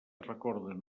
recorden